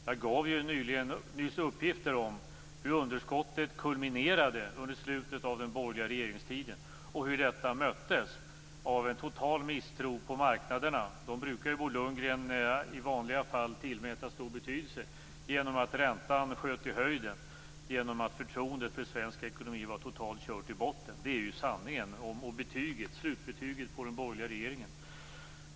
Jag gav ju nyss uppgifter om hur underskottet kulminerade under slutet av den borgerliga regeringstiden och hur detta möttes av en total misstro på marknaderna, som ju Bo Lundgren i vanliga fall brukar tillmäta stor betydelse, genom att räntan sköt i höjden och genom att förtroendet för svensk ekonomi var totalt körd i botten. Det är ju sanningen och slutbetyget på den borgerliga regeringen.